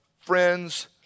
friends